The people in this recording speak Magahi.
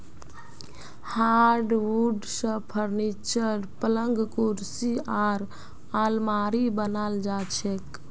हार्डवुड स फर्नीचर, पलंग कुर्सी आर आलमारी बनाल जा छेक